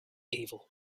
evil